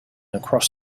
across